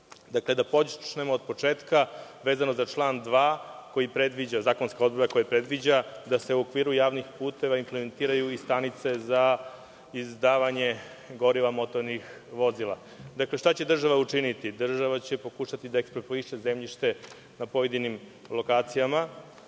naziva. Dakle, da počnemo od početka, vezano za član 2, zakonska odredba koja predviđa da se u okviru javnih puteva implementiraju i stanice za izdavanje goriva motornih vozila. Šta će država učiniti? Država će pokušati da ekspropriše zemljište na pojedinim lokacijama,